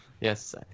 Yes